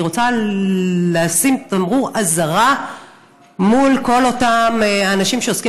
אני רוצה לשים תמרור אזהרה מול כל אותם אנשים שעוסקים